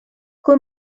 kui